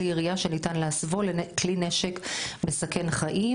כלי ירייה שניתן להסבו לכלי נשק מסכן חיים".